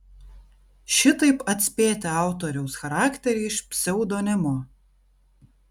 šitaip atspėti autoriaus charakterį iš pseudonimo